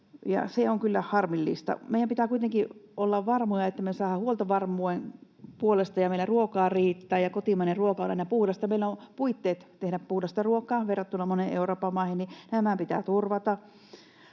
se on kyllä harmillista. Meidän pitää kuitenkin olla varmoja, että me saadaan huoltovarmuus ja meillä ruokaa riittää ja kotimainen ruoka on aina puhdasta. Meillä on puitteet tehdä puhdasta ruokaa verrattuna moniin Euroopan maihin, ja tämä pitää turvata.